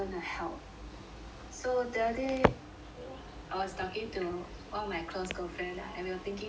so the other day I was talking to one of my close girlfriend right and we were thinking that